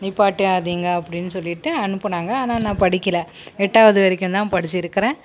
நிப்பாட்டிடாதீங்க அப்படினு சொல்லிவிட்டு அனுப்புனாங்க ஆனால் நான் படிக்கல எட்டாவது வரைக்கும் தான் படிச்சிருக்கிறேன்